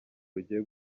rugiye